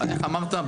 אמרת?